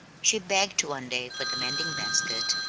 she begged one day for the mending-basket,